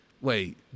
Wait